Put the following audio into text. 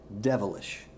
devilish